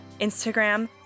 Instagram